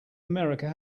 america